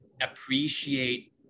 appreciate